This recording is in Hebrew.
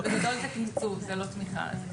אבל בגדול זה תקצוב ולא תמיכה.